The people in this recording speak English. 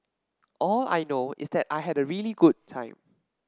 all I know is that I had a really good time